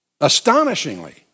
astonishingly